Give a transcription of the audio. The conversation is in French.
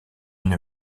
une